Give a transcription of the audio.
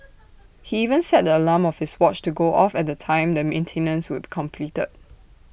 he even set the alarm of his watch to go off at the time the maintenance would be completed